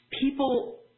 people